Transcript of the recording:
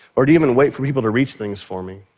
or to even wait for people to reach things for me.